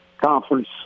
conference